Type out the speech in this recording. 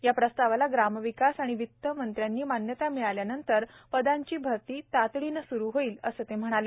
या प्रस्तावाला ग्रामविकास आणि वित्त मंत्र्यांची मान्यता मिळाल्यानंतर पदांची भरती तातडीने स्रू होईल असे राज्यमंत्री श्री